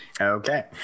Okay